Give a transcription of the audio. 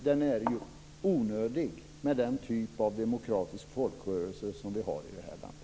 Det är också onödigt med den typ av demokratisk folkrörelse som vi har i det här landet.